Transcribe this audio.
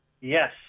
Yes